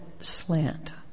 slant